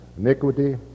iniquity